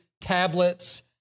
tablets